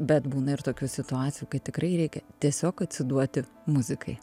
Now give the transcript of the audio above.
bet būna ir tokių situacijų kai tikrai reikia tiesiog atsiduoti muzikai